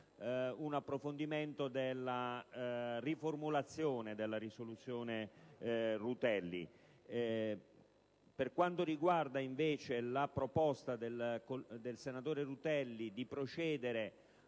per approfondire la riformulazione della mozione Rutelli. Per quanto riguarda, invece, la proposta del senatore Rutelli di procedere